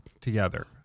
together